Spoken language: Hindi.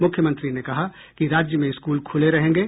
मुख्यमंत्री ने कहा कि राज्य में स्कूल खुले रहेंगे